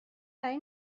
برای